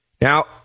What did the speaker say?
Now